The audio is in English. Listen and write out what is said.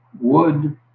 wood